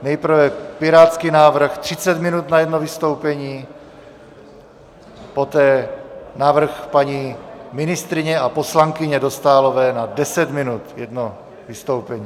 Nejprve pirátský návrh třicet minut na jedno vystoupení, poté návrh paní ministryně a poslankyně Dostálové na deset minut na jedno vystoupení.